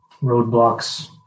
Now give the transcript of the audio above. roadblocks